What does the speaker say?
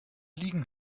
liegen